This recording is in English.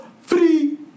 free